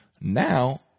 Now